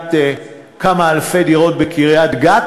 לבניית כמה אלפי דירות בקריית-גת.